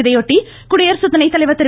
இதையொட்டி குடியரசு துணைத்தலைவா் திரு